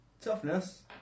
Toughness